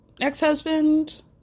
ex-husband